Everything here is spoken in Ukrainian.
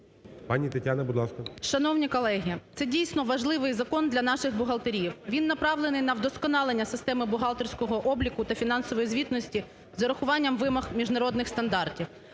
ОСТРІКОВА Т.Г. Шановні колеги! Це, дійсно, важливий закон для наших бухгалтерів. Він направлений на вдосконалення системи бухгалтерського обліку та фінансової звітності з урахуванням вимог міжнародних стандартів.